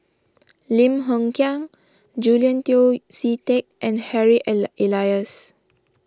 Lim Hng Kiang Julian Yeo See Teck and Harry Ala Elias